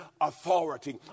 authority